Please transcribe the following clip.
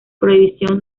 prohibición